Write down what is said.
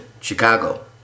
Chicago